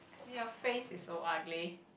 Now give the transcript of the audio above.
I think your face is so ugly